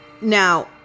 Now